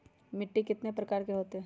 मिट्टी कितने प्रकार के होते हैं?